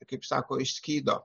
kaip sako išskydo